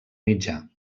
mitjà